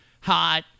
hot